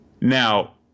Now